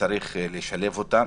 שצריך לשלב אותם.